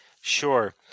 Sure